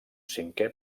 cinqué